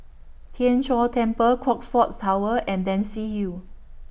Tien Chor Temple Crockfords Tower and Dempsey Hill